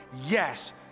Yes